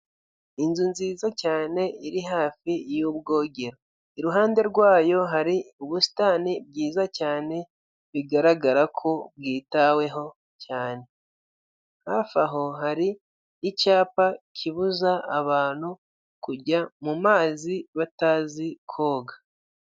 Inzu nziza cyane iri hafi y'ubwogero. Iruhande rwayo hari ubusitani bwiza cyane bigaragara ko bwitaweho cyane. Hafi aho hari icyapa kibuza abantu kujya mu mazi batazi koga.